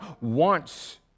wants